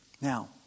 Now